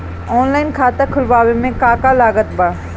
Online खाता खुलवावे मे का का लागत बा?